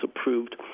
approved